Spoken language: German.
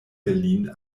berlin